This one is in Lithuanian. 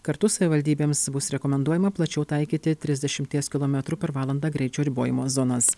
kartu savivaldybėms bus rekomenduojama plačiau taikyti trisdešimties kilometrų per valandą greičio ribojimo zonas